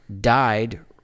died